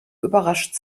überrascht